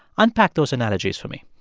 unpack those analogies for me